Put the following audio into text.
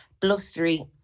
blustery